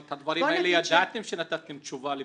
אבל את הדברים האלה ידעתם כשנתתם תשובה לבג"ץ.